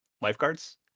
Lifeguards